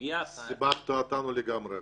-- סיבכת אותנו לגמרי עכשיו.